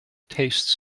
taste